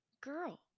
Girl